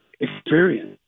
experience